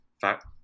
fact